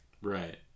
Right